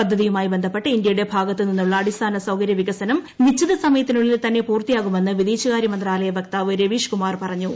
പദ്ധതിയുമായി ബന്ധപ്പെട്ട് ഇന്ത്യയുടെ ഭാഗത്ത് നിന്നുള്ള അടിസ്ഥാന സൌകര്യ വികസനം നിശ്ചിതസമയത്തിനുള്ളിൽ തന്നെ പൂർത്തിയാകുമെന്ന് വിദേശകാര്യ മന്ത്രാലയ വക്താവ് രവീഷ് കുമാർ പറഞ്ഞു